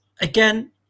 again